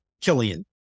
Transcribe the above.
Killian